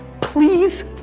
Please